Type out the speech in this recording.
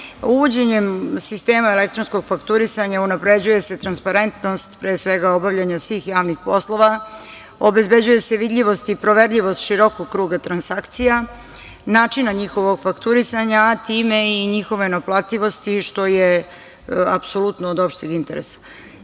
sistema elektronskog fakturisanja unapređuje se transparentnost, pre svega, obavljanja svih javnih poslova, obezbeđuje se vidljivost i proverljivost širokog kruga transakcija, načina njihovog fakturisanja, a time i njihove naplativosti, što je apsolutno od opšteg